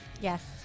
Yes